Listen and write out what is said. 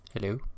Hello